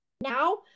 now